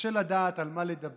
קשה לדעת על מה לדבר